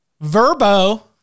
Verbo